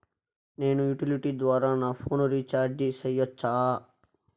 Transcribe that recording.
నేను యుటిలిటీ ద్వారా నా ఫోను రీచార్జి సేయొచ్చా?